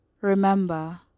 remember